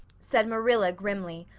said marilla grimly,